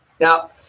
Now